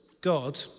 God